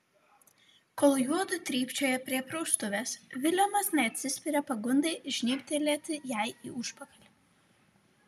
kol juodu trypčioja prie praustuvės vilemas neatsispiria pagundai žnybtelėti jai į užpakalį